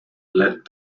let